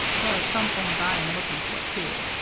there are some things i am looking for, too.